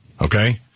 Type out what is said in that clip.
okay